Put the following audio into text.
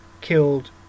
killed